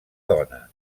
dona